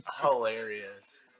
Hilarious